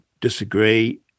disagree